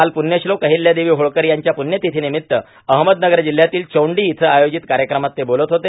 काल पुण्यश्लोक अहिल्यादेवी होळकर यांच्या पुण्यतिथीनिमित्त अहमदनगर जिल्हयातील चौंडी इथं आयोजित कार्यक्रमात ते बोलत होते